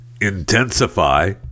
intensify